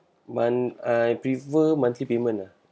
one I prefer monthly payment uh